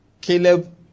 Caleb